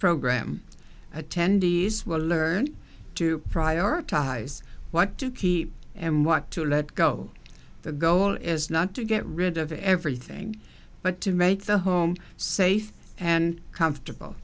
program attendees will learn to prioritize what to keep and what to let go the goal is not to get rid of everything but to make the home safe and comfortable